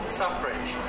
suffrage